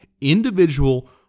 individual